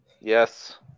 Yes